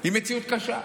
היא מציאות קשה,